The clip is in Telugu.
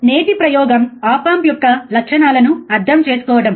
నేటి ప్రయోగం ఆప్ ఆంప్ యొక్క లక్షణాలను అర్థం చేసుకోవడం